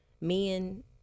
Men